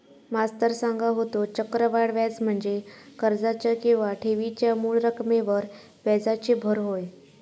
मास्तर सांगा होतो, चक्रवाढ व्याज म्हणजे कर्जाच्या किंवा ठेवीच्या मूळ रकमेवर व्याजाची भर होय